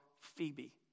Phoebe